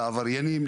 לעבריינים,